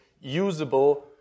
usable